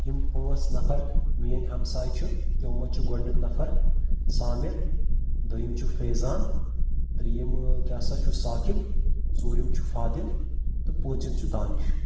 یِم پانٛژ نفر میٲنۍ ہمساے چھِ تِمو منٛز چھُ گۄڈٕنیُک نفر سامِر دوٚیُم چھُ فیضان ترٛیِم کیٛاہ سا چھُ ساقب ژوٗرِم چھُ فادِل تہٕ پوٗنٛژِم چھُ دانِش